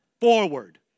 forward